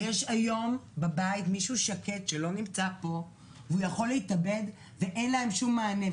יש היום בבית מישהו שקט שלא נמצא פה ויכול להתאבד ואין לו שום מענה.